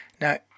Now